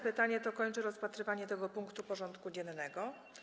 Pytanie to kończy rozpatrywanie tego punktu porządku dziennego.